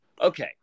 Okay